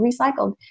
recycled